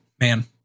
Man